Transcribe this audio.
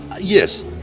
yes